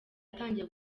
yatangiye